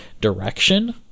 direction